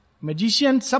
Magician